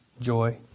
Joy